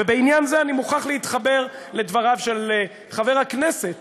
ובעניין זה אני מוכרח להתחבר לדבריו של חבר הכנסת